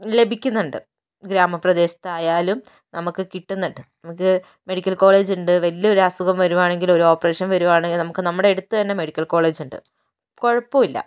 ലഭിക്കുന്നുണ്ട് ഗ്രാമപ്രദേശത്തായാലും നമുക്ക് കിട്ടുന്നുണ്ട് നമുക്ക് മെഡിക്കൽ കോളേജുണ്ട് വലിയ ഒരസുഖം വരികയാണെങ്കിലോ ഒരോപറേഷൻ വരികയാണെങ്കിലോ നമുക്ക് നമ്മുടെ അടുത്തു തന്നെ മെഡിക്കൽ കോളേജുണ്ട് കുഴപ്പമില്ല